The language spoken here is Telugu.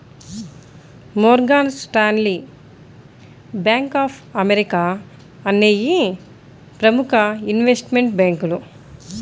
Morgan Stanley, bank of America అనేయ్యి ప్రముఖ ఇన్వెస్ట్మెంట్ బ్యేంకులు